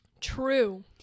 true